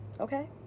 okay